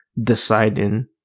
deciding